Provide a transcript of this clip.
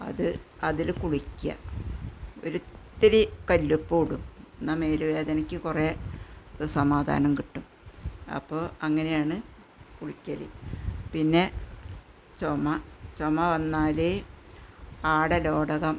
അത് അതിൽ കുളിക്കുക ഒരിത്തിരി കല്ലുപ്പും ഇടും എന്നാൽ മേൽ വേദനയ്ക്ക് കുറേ സമാധാനം കിട്ടും അപ്പോൾ അങ്ങനെയാണ് കുളിയ്ക്കൽ പിന്നെ ചുമ ചുമ വന്നാൽ ആടലോടകം